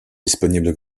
disponible